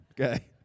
Okay